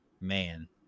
man